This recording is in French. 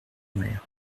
mer